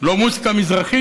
לא מוזיקה מזרחית,